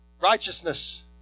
Righteousness